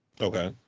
Okay